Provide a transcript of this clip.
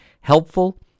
helpful